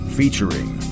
featuring